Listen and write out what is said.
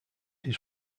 his